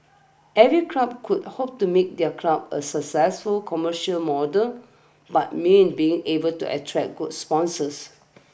every club could hope to make their club a successful commercial model but means being able to attract good sponsors